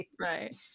right